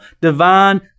divine